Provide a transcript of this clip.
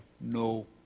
no